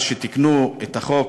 אז, כשתיקנו את החוק